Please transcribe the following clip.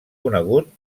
conegut